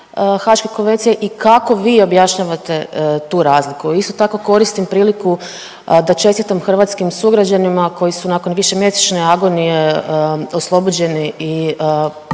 i kako vi objašnjavate tu razliku? Isto tako koristim priliku da čestitam hrvatskim sugrađanima koji su nakon višemjesečne agonije oslobođeni i